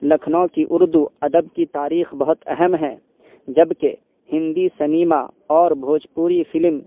لکھنؤ کی اردو ادب کی تاریخ بہت اہم ہیں جبکہ ہندی سنیما اور بھوجپوری فلم